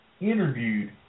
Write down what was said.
interviewed